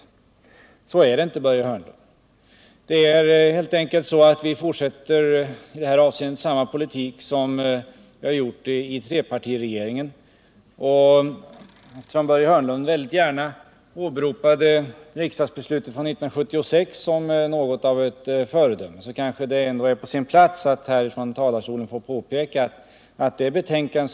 Men så är det inte, Börje Hörnlund. Vi fortsätter i det här avseendet samma politik som förts av trepartiregeringen. Börje Hörnlund åberopade riksdagsbeslutet från 1976 som något av ett föredöme, och han ser betänkandet som låg till grund för beslutet som något riktningsgivande.